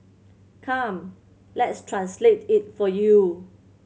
come let's translate it for you